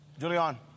Julian